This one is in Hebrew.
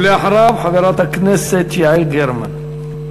ולאחריו, חברת הכנסת יעל גרמן.